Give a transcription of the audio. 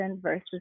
versus